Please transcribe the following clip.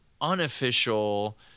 unofficial